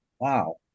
wow